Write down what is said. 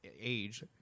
age